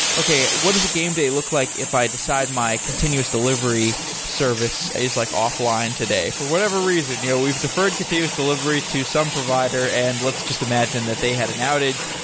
okay, what does a game day look like if i decide my continuous delivery service is like offline today? for whatever reason, you know we've deferred continuous delivery to some provider, and let's just imagine that they had an outage,